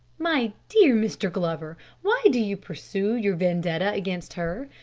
my dear mr. glover, why do you pursue your vendetta against her?